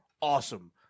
Awesome